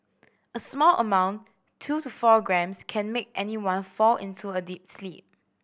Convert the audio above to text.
a small amount two to four grams can make anyone fall into a deep sleep